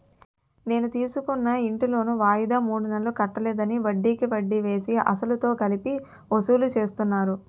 నేను తీసుకున్న ఇంటి లోను వాయిదా మూడు నెలలు కట్టలేదని, వడ్డికి వడ్డీ వేసి, అసలుతో కలిపి వసూలు చేస్తున్నారు